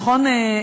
נכון,